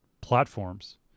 platforms